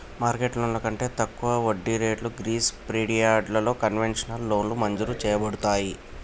market లోన్లు కంటే తక్కువ వడ్డీ రేట్లు గ్రీస్ పిరియడలతో కన్వెషనల్ లోన్ మంజురు చేయబడతాయి